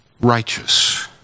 righteous